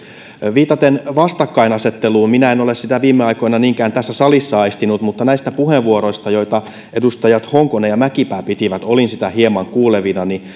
viitaten vastakkainasetteluun minä en ole sitä viime aikoina niinkään tässä salissa aistinut mutta näistä puheenvuoroista joita edustajat honkonen ja mäkipää pitivät olin sitä hieman kuulevinani